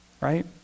right